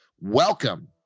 Welcome